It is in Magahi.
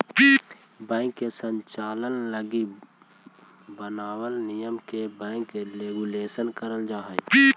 बैंक के संचालन लगी बनावल नियम के बैंक रेगुलेशन कहल जा हइ